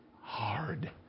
hard